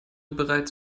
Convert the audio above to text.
bereits